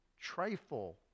trifle